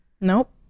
Nope